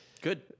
Good